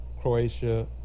Croatia